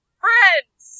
friends